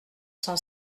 cent